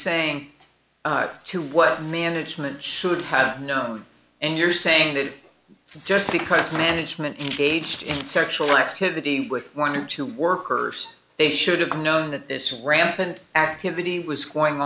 saying to what management should have known and you're saying that just because management engaged in sexual activity with one or two workers they should have known that this rampant activity was going